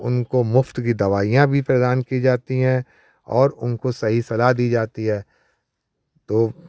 उनको मुफ्त की दवाइयाँ भी प्रदान की जाती हैं और उनको सही सलाह दी जाती है तो